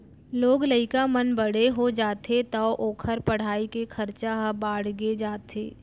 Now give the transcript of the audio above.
लोग लइका मन बड़े हो जाथें तौ ओकर पढ़ाई के खरचा ह बाड़गे जाथे